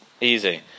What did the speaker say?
Easy